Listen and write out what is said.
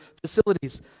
facilities